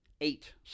eight